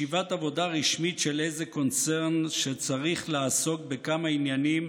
ישיבת עבודה רשמית של איזה קונצרן שצריך לעסוק בכמה עניינים